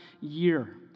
year